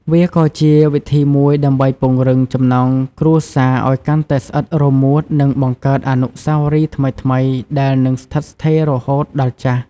វាក៏ជាវិធីមួយដើម្បីពង្រឹងចំណងគ្រួសារឲ្យកាន់តែស្អិតរមួត និងបង្កើតអនុស្សាវរីយ៍ថ្មីៗដែលនឹងស្ថិតស្ថេររហូតដល់ចាស់។